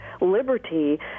liberty